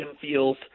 feels –